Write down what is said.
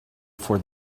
for